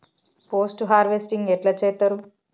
Post harvesting ఎట్ల చేత్తరు?